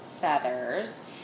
Feathers